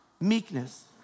Meekness